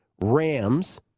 Rams